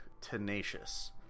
tenacious